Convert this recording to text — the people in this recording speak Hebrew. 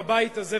בבית הזה,